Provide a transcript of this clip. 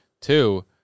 two